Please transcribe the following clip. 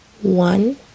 one